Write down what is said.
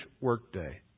workday